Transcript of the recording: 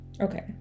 Okay